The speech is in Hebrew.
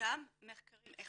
גם מחקרים איכותניים.